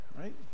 Right